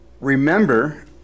remember